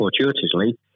fortuitously